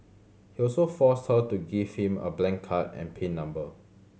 he also forced her to give him a blank card and pin number